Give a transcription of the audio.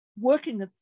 working